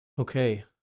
Okay